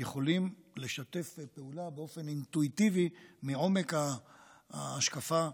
יכולים לשתף פעולה באופן אינטואיטיבי מעומק ההשקפה,